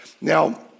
Now